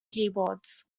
keyboards